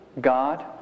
God